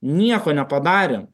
nieko nepadarėm